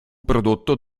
prodotto